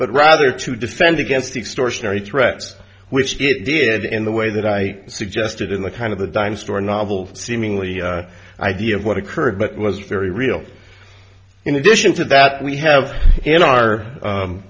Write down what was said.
but rather to defend against extortion any threats which he did in the way that i suggested in the kind of a dime store novel seemingly idea of what occurred but was very real in addition to that we have in our